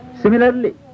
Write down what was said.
Similarly